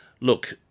Look